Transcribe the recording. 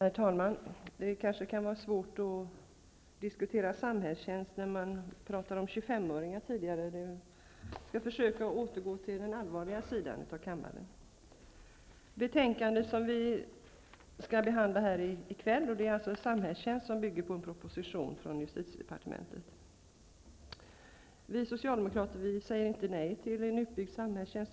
Herr talman! Det kan vara litet svårt att diskutera samhällstjänst när det tidigare talats om 25-öringar, men jag skall försöka återgå till den allvarliga sidan av kammarens arbete. Det betänkande som vi skall behandla nu i kväll gäller alltså samhällstjänst och bygger på en proposition från justitiedepartementet. Vi socialdemokrater säger inte nej till en utbyggd samhällstjänst.